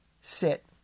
sit